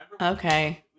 Okay